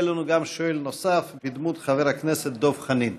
יהיה לנו גם שואל נוסף בדמות חבר הכנסת דב חנין,